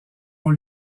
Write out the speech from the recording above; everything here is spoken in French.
ont